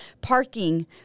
parking